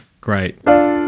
Great